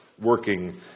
working